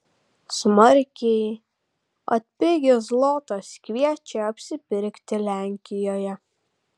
smarkiai atpigęs zlotas kviečia apsipirkti lenkijoje